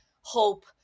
hope